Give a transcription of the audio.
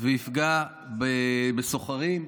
ויפגע בסוחרים.